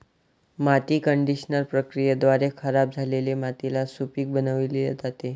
माती कंडिशनर प्रक्रियेद्वारे खराब झालेली मातीला सुपीक बनविली जाते